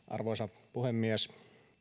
arvoisa puhemies